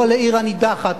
לא לעיר הנידחת,